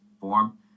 form